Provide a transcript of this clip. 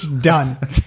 Done